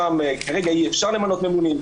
כרגע אי אפשר למנות ממונים.